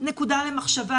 נקודה למחשבה,